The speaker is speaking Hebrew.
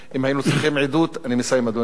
אם היינו צריכים עדות, אני מסיים, אדוני,